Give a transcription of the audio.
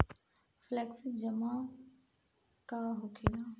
Flexi जमा का होखेला?